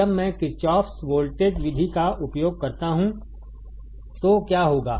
जब मैं Kirchhoff's voltage विधि का उपयोग करता हूं तो क्या होगा